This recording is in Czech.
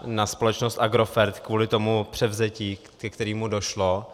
Na společnost Agrofert kvůli tomu převzetí, ke kterému došlo.